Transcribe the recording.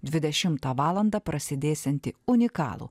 dvidešimtą valandą prasidėsiantį unikalų